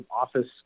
office